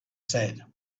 said